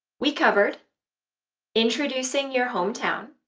we covered introducing your hometown,